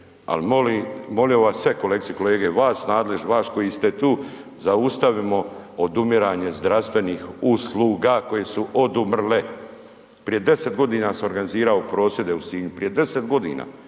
molio bi vas sve kolegice i kolege, vas nadležne, vas koji ste tu, zaustavimo odumiranje zdravstvenih usluga koje su odumrle. Prije 10.g. sam organizirao prosvjede u Sinju, prije 10.g., nisam